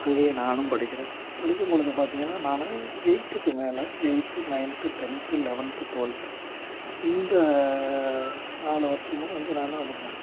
அங்கேயே நானும் படிக்கிறேன் படிக்கும்பொழுது பார்த்தீங்கனா நான் எயித்துக்கு மேலே eighth ninth tenth eleventh twelfth இந்த நாலு வருஷமும் வந்து நான் என்ன பண்ணுறேன்